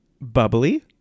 bubbly